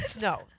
No